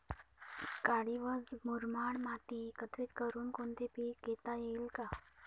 काळी व मुरमाड माती एकत्रित करुन कोणते पीक घेता येईल का?